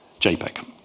JPEG